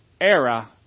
era